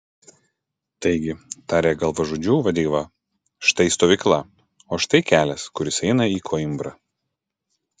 taigi tarė galvažudžių vadeiva štai stovykla o štai kelias kuris eina į koimbrą